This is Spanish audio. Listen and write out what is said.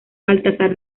baltasar